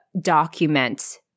document